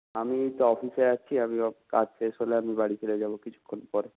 আমি এইতো অফিসে আছি কাজ শেষ হলে বাড়ি ফিরে যাবো কিছুক্ষণ পরে